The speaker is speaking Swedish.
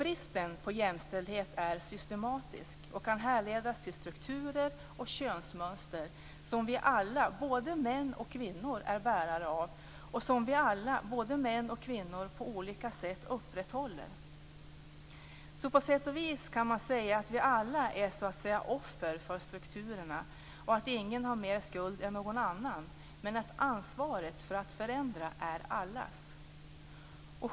Bristen på jämställdhet är systematisk och kan härledas till strukturer och könsmönster som vi alla, både män och kvinnor, är bärare av och som vi alla, både män och kvinnor, på olika sätt upprätthåller. På sätt och vis kan man alltså säga att vi alla är offer för strukturerna och att ingen har mer skuld än någon annan. Men ansvaret för att förändra är allas.